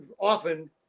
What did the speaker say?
often